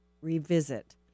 revisit